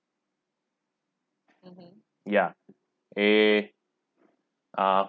ya eh uh